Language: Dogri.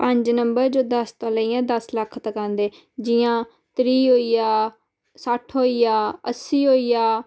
पंज नंबर जो दस थमां लेइयै दस लक्ख तक आंदे जि'यां त्रीह् होई गेआ सट्ठ होई गेआ अस्सी होई गेआ